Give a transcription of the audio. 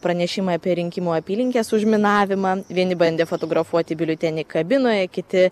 pranešimai apie rinkimų apylinkės užminavimą vieni bandė fotografuoti biuletenį kabinoje kiti